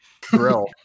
grill